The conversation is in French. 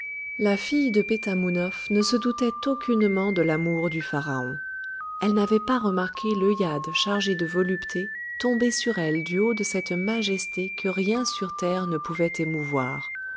la fille de pétamounoph ne se doutait aucunement de l'amour du pharaon elle n'avait pas remarqué l'œillade chargée de volupté tombée sur elle du haut de cette majesté que rien sur terre ne pouvait émouvoir